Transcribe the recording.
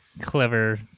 clever